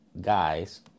guys